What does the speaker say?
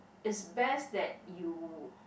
it's best that you